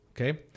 Okay